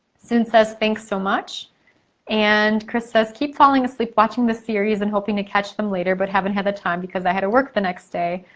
soon says thanks so much and chris says, keep falling asleep watching the series and hoping to catch them later but haven't had the time because i had to work the next day.